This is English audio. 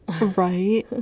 right